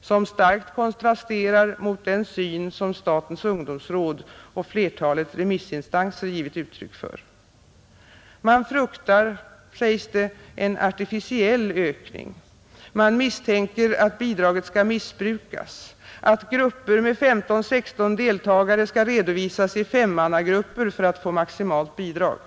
som starkt konstrasterar mot den syn som statens ungdomsråd och flertalet remissinstanser givit uttryck för? Man fruktar, sägs det, en ”artificiell” ökning, man misstänker att bidraget skall missbrukas, att grupper med 15—16 deltagare skall redovisas i femmannagrupper för att organisationerna skall få maximalt bidrag.